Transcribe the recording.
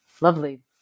lovely